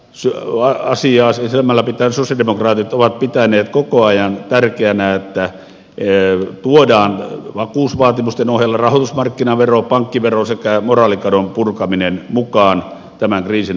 tätä asiaa silmällä pitäen sosialidemokraatit ovat pitäneet koko ajan tärkeänä että tuodaan vakuusvaatimusten ohella rahoitusmarkkinavero pankkivero sekä moraalikadon purkaminen mukaan tämän kriisin hoitoon